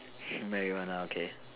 Marijuna okay